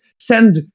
Send